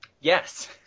Yes